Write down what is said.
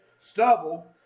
stubble